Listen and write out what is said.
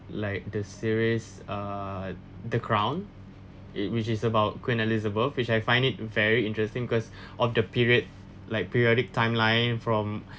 like the series ah the crown it which is about queen elizabeth which I find it very interesting because of the period like periodic time line from